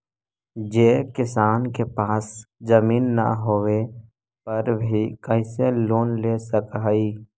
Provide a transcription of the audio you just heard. जे किसान के पास जमीन न होवे पर भी कैसे लोन ले सक हइ?